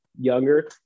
younger